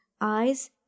eyes